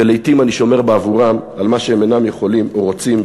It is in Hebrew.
ולעתים אני שומר בעבורם על מה שהם אינם יכולים או רוצים,